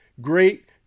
great